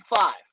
five